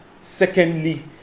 secondly